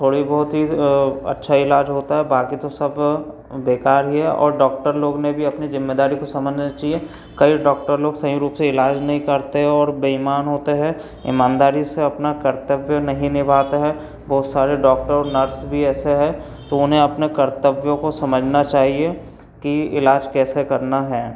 थोड़ी बहुत ही अच्छा इलाज़ होता है बाकी तो सब बेकार ही है और डॉक्टर लोग ने भी अपनी जिम्मेदारी को समझना चाहिए कई डॉक्टर लोग सही रूप से इलाज़ नहीं करते हैं और बेईमान होते हैं ईमानदारी से अपना कर्तव्य नहीं निभाते हैं बहुत सारे डॉक्टर और नर्स भी ऐसे हैं तो उन्हें अपने कर्तव्यों को समझना चाहिए कि इलाज़ कैसे करना है